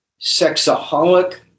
sexaholic